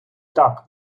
так